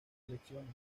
elecciones